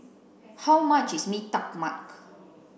how much is mee tai mak